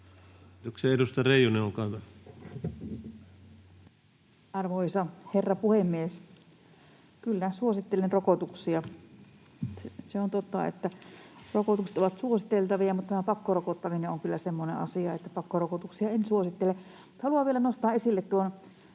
Arvoisa herra puhemies! Kyllä, suosittelen rokotuksia. Se on totta, että rokotukset ovat suositeltavia, mutta tämä pakkorokottaminen on kyllä semmoinen asia, että pakkorokotuksia en suosittele. Haluan vielä nostaa esille tuon